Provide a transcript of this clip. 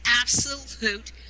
absolute